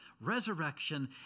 resurrection